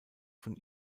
von